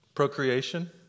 Procreation